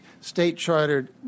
state-chartered